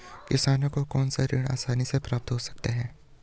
किसानों को कौनसा ऋण आसानी से प्राप्त हो सकता है?